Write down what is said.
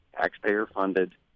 taxpayer-funded